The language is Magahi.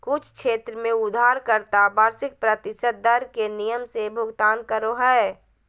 कुछ क्षेत्र में उधारकर्ता वार्षिक प्रतिशत दर के नियम से भुगतान करो हय